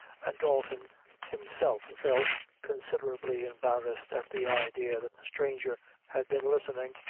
and dalton himself felt considerably embarrassed at the idea that the stranger had been listening,